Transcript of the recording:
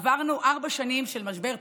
עברנו ארבע שנים של משבר פוליטי,